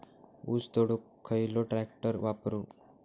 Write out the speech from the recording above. ऊस तोडुक खयलो ट्रॅक्टर वापरू?